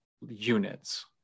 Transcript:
units